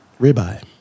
Ribeye